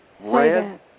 red